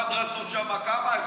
נתת למדרסות שמה?